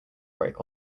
break